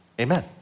amen